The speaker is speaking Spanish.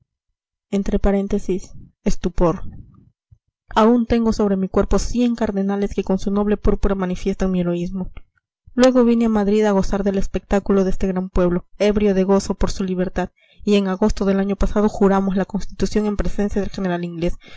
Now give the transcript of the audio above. aún tengo sobre mi cuerpo cien cardenales que con su noble púrpura manifiestan mi heroísmo luego vine a madrid a gozar del espectáculo de este gran pueblo ebrio de gozo por su libertad y en agosto del año pasado juramos la constitución en presencia del general inglés